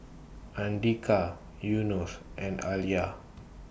Andika Yunos and Alya